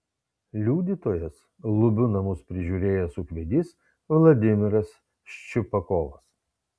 liudytojas lubių namus prižiūrėjęs ūkvedys vladimiras ščiupakovas